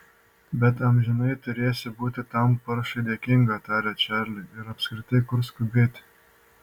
bet amžinai turėsi būti tam paršui dėkinga tarė čarli ir apskritai kur skubėti